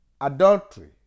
adultery